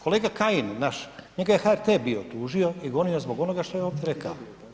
Kolega Kajin naš, njega je HRT bio tužio i gonio zbog onoga što je ovdje rekao.